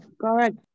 Correct